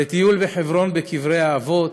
לטיול בחברון, בקברי האבות,